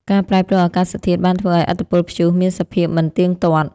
ការប្រែប្រួលអាកាសធាតុបានធ្វើឱ្យឥទ្ធិពលព្យុះមានសភាពមិនទៀងទាត់។